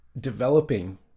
developing